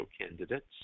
candidates